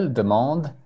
demande